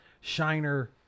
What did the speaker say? Shiner